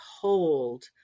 hold